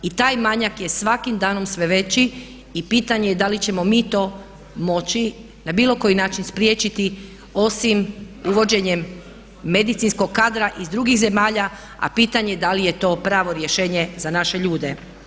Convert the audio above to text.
I taj manjak je svakim danom sve veći i pitanje je da li ćemo mi to moći na bilo koji način spriječiti osim uvođenjem medicinskog kadra iz drugih zemalja a pitanje da li je to pravo rješenje za naše ljude.